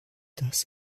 das